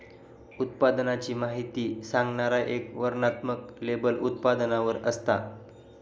उत्पादनाची माहिती सांगणारा एक वर्णनात्मक लेबल उत्पादनावर असता